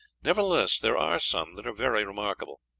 nevertheless there are some that are very remarkable.